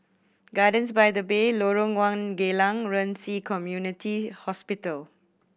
Gardens by the Bay Lorong One Geylang Ren Ci Community Hospital